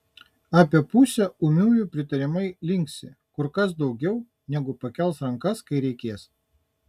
apie pusę ūmiųjų pritariamai linksi kur kas daugiau negu pakels rankas kai reikės